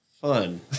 Fun